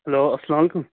hello اسلام علیکُم